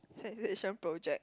citation project